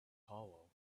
hollow